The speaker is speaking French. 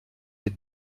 être